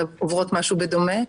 שעוברות משהו בדומה.